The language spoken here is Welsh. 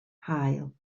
haul